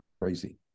crazy